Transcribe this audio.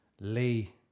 Lee